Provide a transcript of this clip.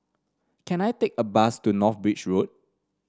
can I take a bus to North Bridge Road